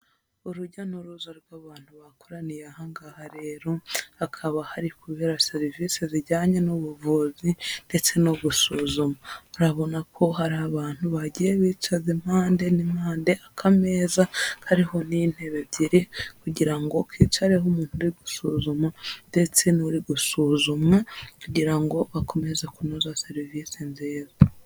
Urujya n'uruza rw'abantu bakoraniye ahangaha rero, hakaba hari kubera serivise zijyanye n'ubuvuzi ndetse no gusuzuma. Urabona ko hari abantu bagiye bicaza impande n'impande, akameza kariho n'intebe ebyiri kugira ngo kicareho umuntu uri gusuzuma ndetse n'uri gusuzumwa kugira ngo bakomeze kunoza serivise nziza.